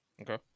Okay